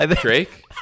Drake